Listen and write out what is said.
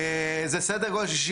זה סדר גודל של 60